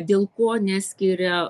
dėl ko neskiria